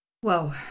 Whoa